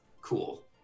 cool